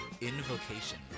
Invocation